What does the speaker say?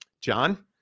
John